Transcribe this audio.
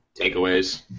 takeaways